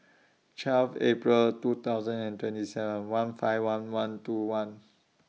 twelve April two thousand and twenty seven one five one one two one